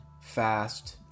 fast